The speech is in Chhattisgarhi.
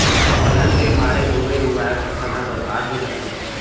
अलहन के मारे होवे हुवाए फसल ह बरबाद हो जाथे